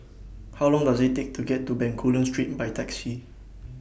How Long Does IT Take to get to Bencoolen Street By Taxi